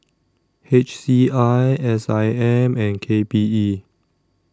H C I S I M and K P E